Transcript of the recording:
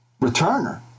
returner